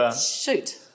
Shoot